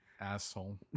asshole